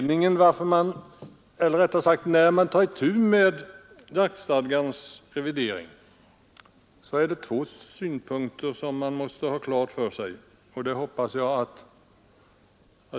När man tar itu med jaktstadgans revidering är det två synpunkter som man måste ha klart för sig.